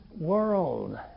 world